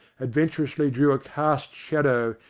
adventurously drew a cast shadow,